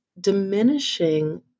diminishing